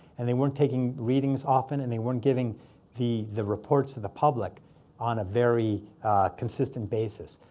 and they weren't taking readings often, and they weren't giving the the reports to the public on a very consistent basis.